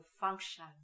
function